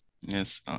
Yes